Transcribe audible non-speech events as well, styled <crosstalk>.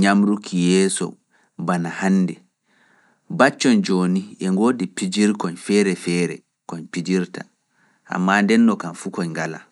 ñamruki yeeso bana hannde, baccon <noise> jooni e ngoodi pijirkoyñ feere feere koñ pijirta, ammaa ndennoo kam fu koñ ngalaa.